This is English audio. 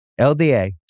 LDA